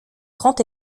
grand